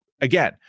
Again